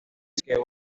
que